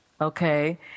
Okay